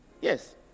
Yes